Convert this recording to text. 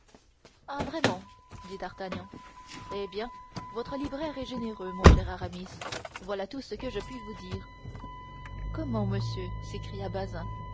ah vraiment dit d'artagnan eh bien votre libraire est généreux mon cher aramis voilà tout ce que je puis vous dire comment monsieur s'écria bazin